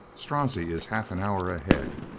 strozzi is half an hour ahead.